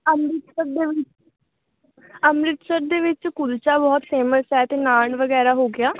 ਅੰਮ੍ਰਿਤਸਰ ਦੇ ਅੰਮ੍ਰਿਤਸਰ ਦੇ ਵਿੱਚ ਕੁਲਚਾ ਬਹੁਤ ਫੇਮਸ ਹੈ ਅਤੇ ਨਾਨ ਵਗੈਰਾ ਹੋ ਗਿਆ